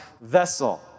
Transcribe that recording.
vessel